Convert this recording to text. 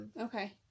Okay